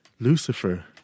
Lucifer